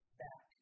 back